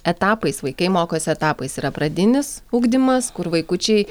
etapais vaikai mokosi etapais yra pradinis ugdymas kur vaikučiai